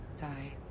Die